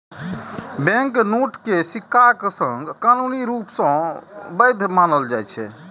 banknote कें सिक्काक संग कानूनी रूप सं वैध मानल जाइ छै